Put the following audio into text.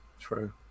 True